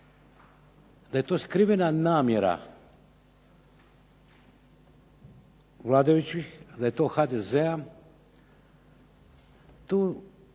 da je to skrivena namjera vladajućih, da je to HDZ-a.